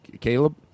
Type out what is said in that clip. Caleb